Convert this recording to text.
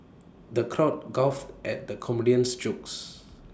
the crowd guffawed at the comedian's jokes